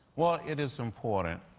well, it is important.